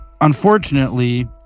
unfortunately